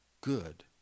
good